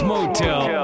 Motel